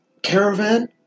Caravan